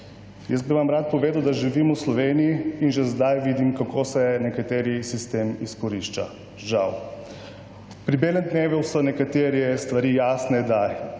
Jaz bi vam rad povedal, da živim v Sloveniji in že zdaj vidim kako se nekateri sistem izkorišča. Žal. Pri belem dnevu so nekatere stvari jasne, da